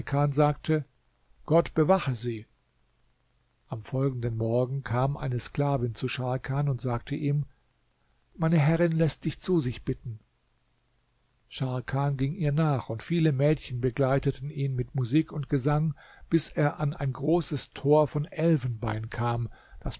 sagte gott bewache sie am folgenden morgen kam eine sklavin zu scharkan und sagte ihm meine herrin läßt dich zu sich bitten scharkan ging ihr nach und viele mädchen begleiteten ihn mit musik und gesang bis er an ein großes tor von elfenbein kam das